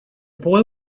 boy